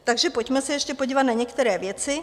Takže pojďme se ještě podívat na některé věci.